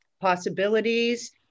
possibilities